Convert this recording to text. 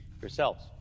yourselves